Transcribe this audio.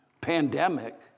pandemic